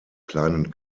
kleinen